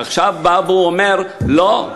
עכשיו הוא בא ואומר: לא,